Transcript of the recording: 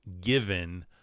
given